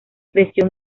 creció